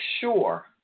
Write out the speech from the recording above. sure